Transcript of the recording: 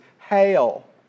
hail